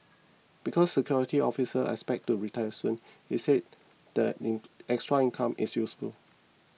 because the security officer expects to retire soon he said the in extra income is useful